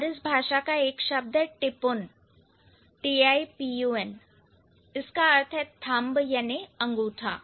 और इस भाषा का एक शब्द है tipun जिसका अर्थ है thumb अंगूठा